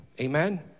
amen